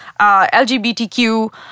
LGBTQ